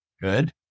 Good